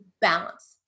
balance